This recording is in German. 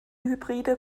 hybride